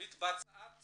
מתבצעת